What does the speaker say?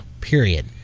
Period